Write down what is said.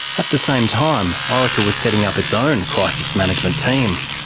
at the same time, orica was setting up its own crisis management team.